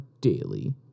daily